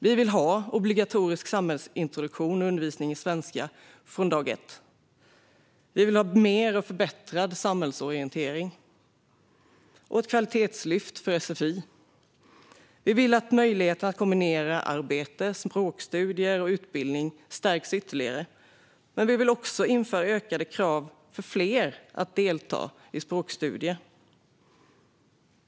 Vi vill ha obligatorisk samhällsintroduktion och undervisning i svenska från dag ett. Vi vill ha mer och förbättrad samhällsorientering och ett kvalitetslyft för sfi. Vi vill att möjligheterna att kombinera arbete, språkstudier och utbildning ska stärkas ytterligare. Men vi vill också införa ökade krav för fler på att delta i språkstudier.